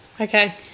Okay